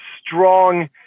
strong